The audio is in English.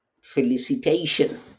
felicitation